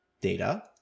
data